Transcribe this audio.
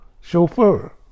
chauffeur